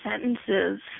sentences